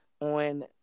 on